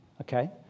Okay